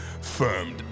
firmed